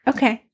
Okay